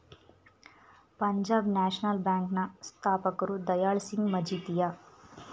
Punjab national bank ನ ಸ್ಥಾಪಕರು ದಯಾಳ್ ಸಿಂಗ್ ಮಜಿತಿಯ